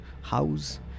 house